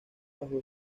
bajo